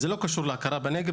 אני מתרכזת לאורך הציר.